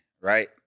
right